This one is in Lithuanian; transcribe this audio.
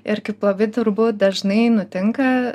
ir kaip labai turbūt dažnai nutinka